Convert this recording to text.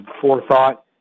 forethought